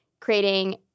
creating